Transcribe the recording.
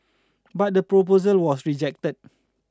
but the proposal was rejected